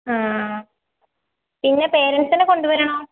ആ പിന്നെ പേരൻസിനെ കൊണ്ടുവരണോ